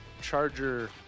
Charger